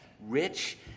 rich